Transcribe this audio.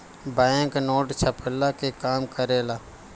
bank note छ्पला के काम करेला